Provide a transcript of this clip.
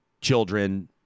children